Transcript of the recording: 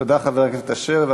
תודה, חבר הכנסת אשר.